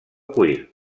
cuir